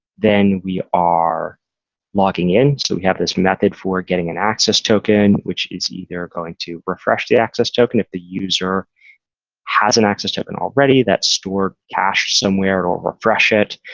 then we are logging in, so we have this method for getting an access token, which is either going to refresh the access token. if the user has an access token already, that stored cache somewhere, it'll refresh it.